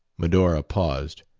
medora paused,